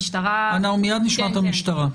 מיד נשמע את המשטרה.